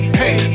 hey